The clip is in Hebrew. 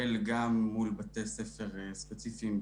אין את המספרים האלה פה.